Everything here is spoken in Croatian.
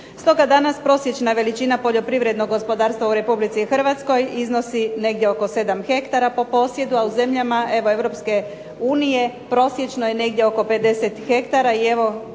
Stoga danas prosječna veličina poljoprivrednog gospodarstva u Republici Hrvatskoj iznosi negdje oko 7 hektara a u zemljama Europske unije prosječno je negdje oko 50 hektara.